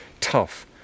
tough